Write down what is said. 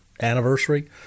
anniversary